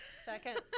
second.